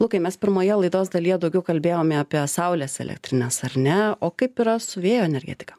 lukai mes pirmoje laidos dalyje daugiau kalbėjome apie saulės elektrines ar ne o kaip yra su vėjo energetika